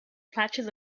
patches